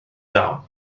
iawn